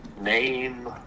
Name